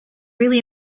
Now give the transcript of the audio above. really